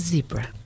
Zebra